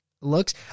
looks